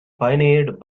pioneered